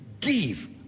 Give